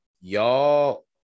y'all